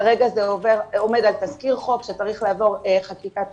כרגע זה עומד על תזכיר חוק שצריך לעבור חקיקת משנה.